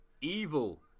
evil